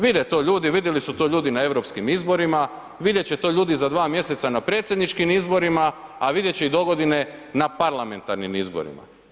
Vide to ljudi, vidjeli su to ljudi na europskim izborima, vidjet će to ljudi za dva mjeseca na predsjedničkim izborima, a vidjet će i dogodine na parlamentarnim izborima.